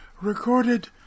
Recorded